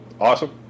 Awesome